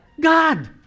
God